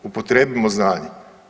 Upotrijebimo znanje.